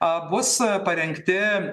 a bus parengti